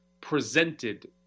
presented